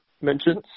mentions